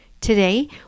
Today